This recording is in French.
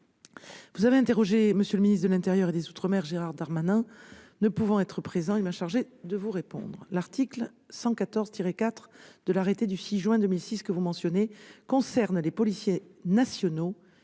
vous avez interrogé M. le ministre de l'intérieur et des outre-mer, Gérard Darmanin, qui, ne pouvant être présent, m'a chargée de vous répondre. L'article 114-4 du règlement issu de l'arrêté du 6 juin 2006 que vous mentionnez concerne les policiers nationaux